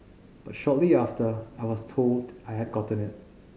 but shortly after I was told I had gotten it